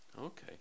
Okay